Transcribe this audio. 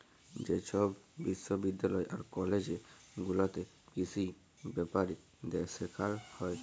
যে ছব বিশ্ববিদ্যালয় আর কলেজ গুলাতে কিসি ব্যাপারে সেখালে হ্যয়